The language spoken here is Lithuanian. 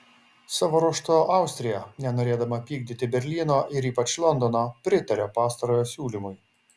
savo ruožtu austrija nenorėdama pykdyti berlyno ir ypač londono pritarė pastarojo siūlymui